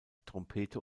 trompete